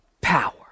Power